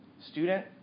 student